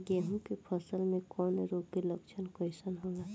गेहूं के फसल में कवक रोग के लक्षण कइसन होला?